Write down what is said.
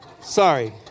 sorry